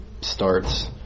starts